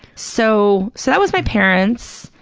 so, so that was my parents.